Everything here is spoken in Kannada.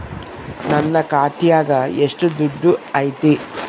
ನನ್ನ ಖಾತ್ಯಾಗ ಎಷ್ಟು ದುಡ್ಡು ಐತಿ?